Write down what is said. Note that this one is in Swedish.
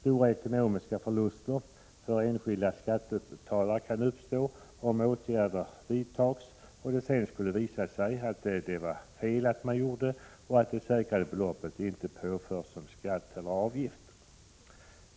Stora ekonomiska förluster för enskilda skattebetalare kan uppstå, om åtgärder vidtas och det sedan visar sig att detta var fel och att det säkrade beloppet inte påförs som skatt eller avgift.